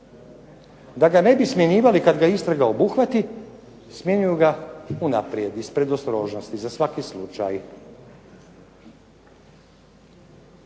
da ga ne bi smjenjivali kad ga istraga obuhvati smjenjuju ga unaprijed, iz predostrožnosti, za svaki slučaj,